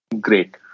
Great